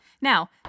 Now